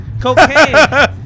cocaine